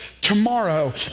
tomorrow